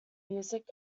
music